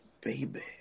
baby